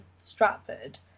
Stratford